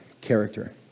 character